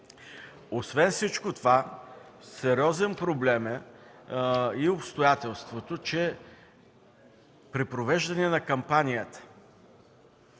Освен всичко това сериозен проблем е и обстоятелството, че при провеждане на кампания